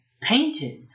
painted